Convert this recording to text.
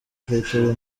petero